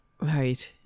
Right